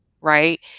Right